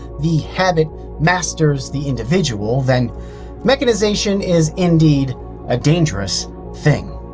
the habit masters the individual then mechanization is indeed a dangerous thing.